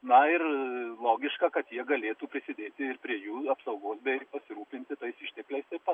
na ir logiška kad jie galėtų prisidėti ir prie jų apsaugos bei pasirūpinti tais ištekliais taip pat